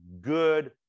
good